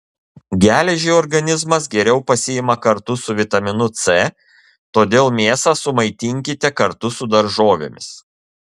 geležį organizmas geriau pasiima kartu su vitaminu c todėl mėsą sumaitinkite kartu su daržovėmis